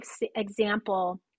example